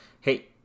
Hey